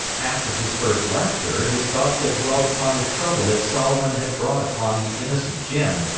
after his first laughter, his thoughts had dwelt upon the trouble that solomon had brought upon the innocent jim,